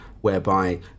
whereby